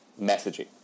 messaging